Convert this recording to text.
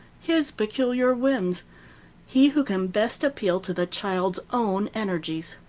his peculiar whims he who can best appeal to the child's own energies.